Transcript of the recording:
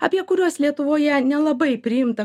apie kuriuos lietuvoje nelabai priimta